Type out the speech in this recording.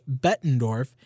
Bettendorf